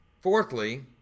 Fourthly